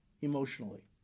emotionally